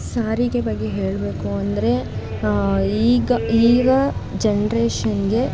ಸಾರಿಗೆ ಬಗ್ಗೆ ಹೇಳಬೇಕು ಅಂದರೆ ಈಗ ಈಗ ಜನ್ರೇಷನ್ಗೆ